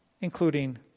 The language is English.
including